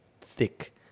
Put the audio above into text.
thick